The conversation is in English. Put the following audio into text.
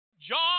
John